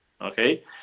okay